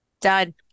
Done